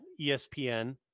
espn